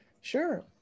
Sure